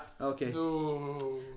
Okay